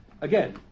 Again